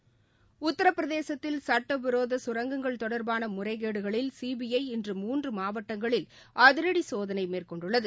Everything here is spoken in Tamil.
சிஜ உத்திரபிரதேசத்தில் சட்டவிரோதசுரங்கங்கள் தொடர்பானமுறைகேடுகளில் இன்று மூன்றுமாவட்டங்களில் அதிரடிசோதனைமேற்கொண்டுள்ளது